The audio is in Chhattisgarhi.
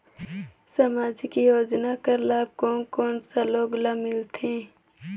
समाजिक योजना कर लाभ कोन कोन सा लोग ला मिलथे?